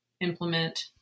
implement